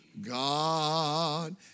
God